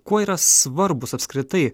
kuo yra svarbūs apskritai